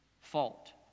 fault